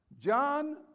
John